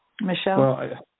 Michelle